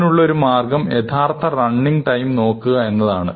ഇതിനുള്ള ഒരു മാർഗ്ഗം യഥാർഥ റണ്ണിങ് ടൈം നോക്കുക എന്നുള്ളതാണ്